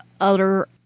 utter